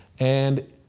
and